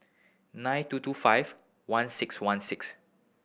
nine two two five one six one six